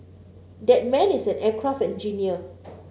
that man is an aircraft engineer